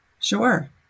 Sure